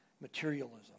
materialism